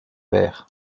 pairs